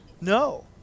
No